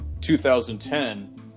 2010